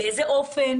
באיזה אופן.